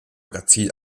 magazin